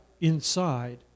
inside